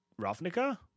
Ravnica